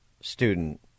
student